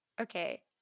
Okay